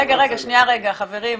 חברים,